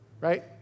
right